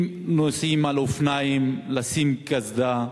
אם נוסעים על אופניים, לשים קסדה.